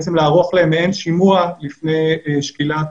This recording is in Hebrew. בעצם לערוך להם מעין שימוע לפני שקילת